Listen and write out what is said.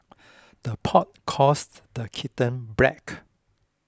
the pot calls the kitten black